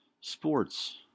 Sports